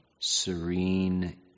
serene